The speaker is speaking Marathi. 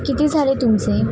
किती झाले तुमचे